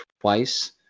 twice